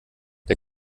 der